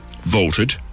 voted